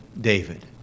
David